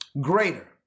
Greater